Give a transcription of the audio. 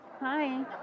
Hi